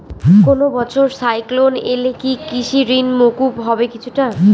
কোনো বছর সাইক্লোন এলে কি কৃষি ঋণ মকুব হবে কিছুটা?